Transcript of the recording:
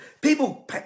People